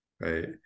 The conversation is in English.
right